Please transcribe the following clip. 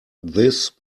this